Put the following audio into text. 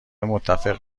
متفق